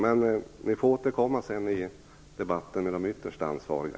Men vi får återkomma i debatten med de ytterst ansvariga.